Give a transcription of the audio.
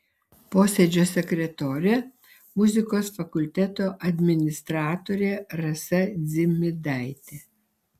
posėdžio sekretorė muzikos fakulteto administratorė rasa dzimidaitė